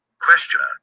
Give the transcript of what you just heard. Questioner